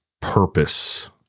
purpose